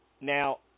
Now